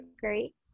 great